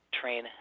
train